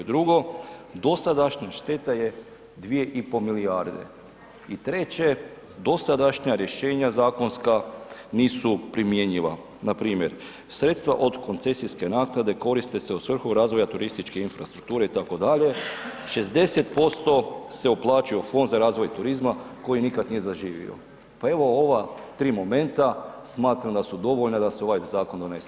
Drugo, dosadašnja šteta je 2,5 milijarde i treće dosadašnja rješenja zakonska nisu primjenjiva, npr. sredstva od koncesijske naknade koriste se u svrhu razvoja turističke infrastrukture itd., 60% se uplaćuje u fond za razvoj turizma koji nikad nije zaživio, pa evo ova 3 momenta smatram da su dovoljna da se ovaj zakon donese.